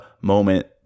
moment